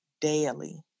daily